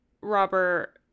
Robert